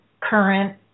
current